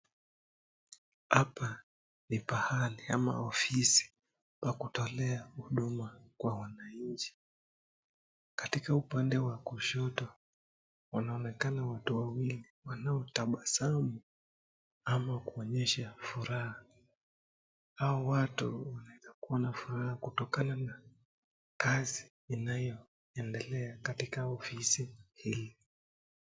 Hapa ni pahali ama ofisi pa kutolea huduma kwa wananchi. Ktika upande wa kushoto, wanaonekana watu wawili wanaotabasamu ama kuonyesha furaha. Hawa watu wanaweza kuwa wanafuraha kutokana na kazi inayoendelea katika ofisi hili.